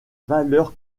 valeur